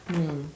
mm